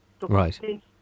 Right